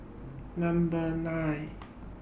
Number nine